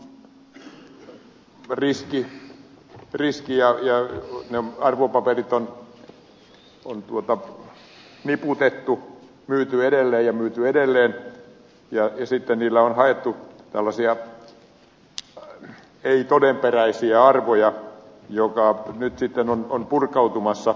arvopaperit on niputettu myyty edelleen ja myyty edelleen ja sitten niillä on haettu ei todenperäisiä arvoja mikä nyt sitten on purkautumassa